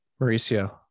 Mauricio